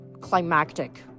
climactic